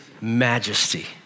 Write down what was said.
majesty